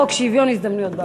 חוק שוויון הזדמנויות בעבודה?